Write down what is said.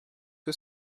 que